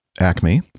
Acme